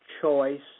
choice